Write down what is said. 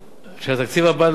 בתקציב הבא לאחריות